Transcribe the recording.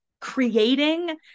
creating